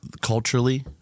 culturally